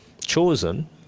chosen